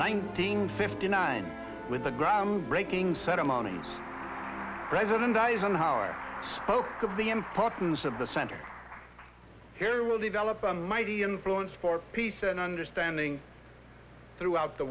nineteen fifty nine with the groundbreaking ceremony president eisenhower spoke of the importance of the center here will develop a mighty influence for peace and understanding throughout the